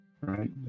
Right